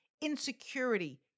insecurity